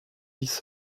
dix